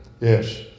Yes